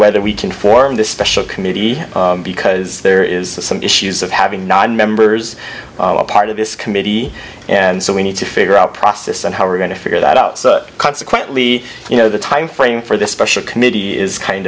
whether we can form this special committee because there is some issues of having non members part of this committee and so we need to figure out process and how we're going to figure that out so consequently you know the timeframe for this special committee is kind